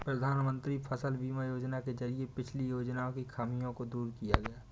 प्रधानमंत्री फसल बीमा योजना के जरिये पिछली योजनाओं की खामियों को दूर किया